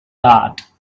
heart